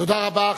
תודה רבה.